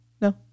No